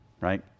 Right